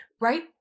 Right